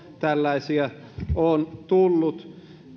tällaisia on tullut